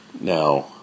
now